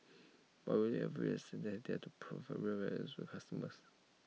or will have realise that they have to provide real values to consumers